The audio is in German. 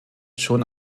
schon